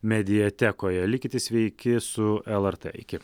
mediatekoje likite sveiki su lrt iki